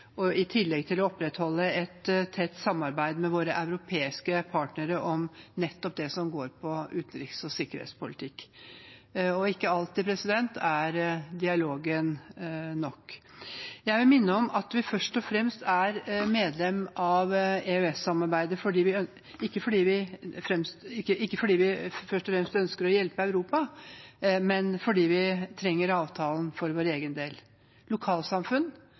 i tillegg til at vi opprettholder et tett samarbeid med våre europeiske partnere om det som går på utenriks- og sikkerhetspolitikk. Dialogen er ikke alltid nok. Jeg vil minne om at vi er medlem av EØS-samarbeidet ikke fordi vi først og fremst ønsker å hjelpe Europa, men fordi vi trenger avtalen for vår egen del – lokalsamfunn